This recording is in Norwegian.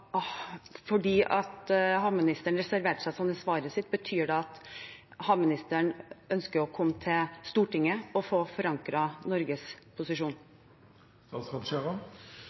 Havministeren reserverte seg i svaret sitt. Betyr det at havministeren ønsker å komme til Stortinget og få forankret Norges